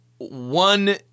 One